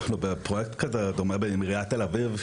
אנחנו בפרויקט כזה עם עיריית תל אביב,